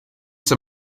zur